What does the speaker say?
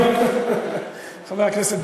חבר הכנסת,